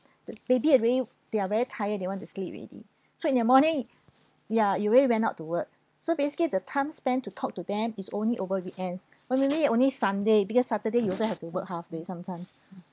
maybe already they are very tired they want to sleep already so in the morning ya you already went out to work so basically the time spend to talk to them is only over weekends normally only sunday because saturday you also have to work half day sometimes